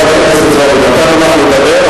חברת הכנסת זועבי, נתנו לך לדבר.